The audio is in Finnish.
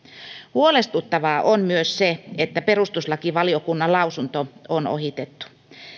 huolestuttavaa on myös se että perustuslakivaliokunnan lausunto on ohitettu